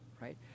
Right